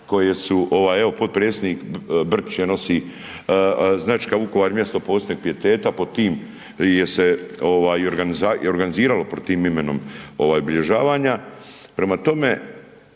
koje su, evo potpredsjednik Brkić nosi značku Vukovar mjesto posebnog pijeteta. Pod tim se i organiziralo pod tim imenom obilježavanja.